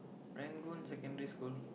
Serangoon-Secondary-School